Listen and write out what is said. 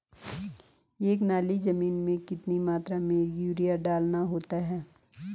एक नाली जमीन में कितनी मात्रा में यूरिया डालना होता है?